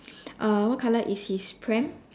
uh what color is his pram